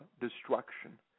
Destruction